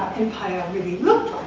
empire really looked